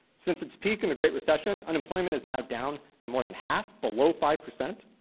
since it's peak in the great recession unemployment is now down by more than half, below five percent.